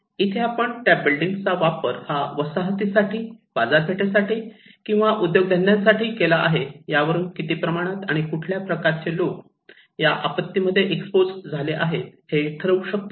इथे आपण त्या बिल्डिंग चा वापर हा वसाहतीसाठी बाजारपेठेसाठी किंवा उद्योगधंद्यासाठी केला आहे यावरून किती प्रमाणात आणि कुठल्या प्रकारचे लोक या आपत्तीमध्ये एक्सपोज झाले आहेत हे ठरवू शकतो